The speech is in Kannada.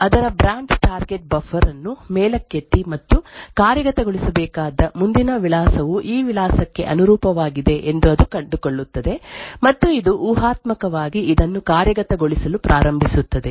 ಅದರ ಬ್ರಾಂಚ್ ಟಾರ್ಗೆಟ್ ಬಫರ್ ಅನ್ನು ಮೇಲಕ್ಕೆತ್ತಿ ಮತ್ತು ಕಾರ್ಯಗತಗೊಳಿಸಬೇಕಾದ ಮುಂದಿನ ವಿಳಾಸವು ಈ ವಿಳಾಸಕ್ಕೆ ಅನುರೂಪವಾಗಿದೆ ಎಂದು ಅದು ಕಂಡುಕೊಳ್ಳುತ್ತದೆ ಮತ್ತು ಇದು ಊಹಾತ್ಮಕವಾಗಿ ಇದನ್ನು ಕಾರ್ಯಗತಗೊಳಿಸಲು ಪ್ರಾರಂಭಿಸುತ್ತದೆ